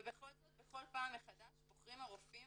ובכל זאת בכל פעם מחדש בוחרים הרופאים